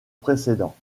précédents